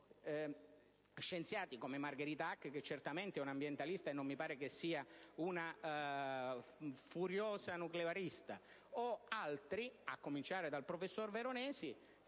scienziati come Margherita Hack, che certamente è un'ambientalista, e non mi sembra sia una furiosa nuclearista, o altri, a cominciare dal professor Veronesi,